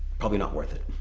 probably not worth it.